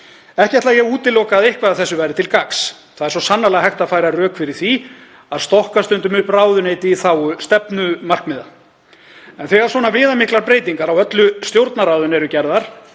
Ekki ætla ég að útiloka að eitthvað af þessu verði til gagns. Það er svo sannarlega hægt að færa rök fyrir því að stokka stundum upp ráðuneyti í þágu stefnumarkmiða. En þegar svona viðamiklar breytingar á öllu Stjórnarráðinu eru gerðar